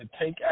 take